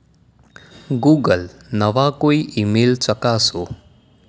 Google નવા કોઈ email ચકાસો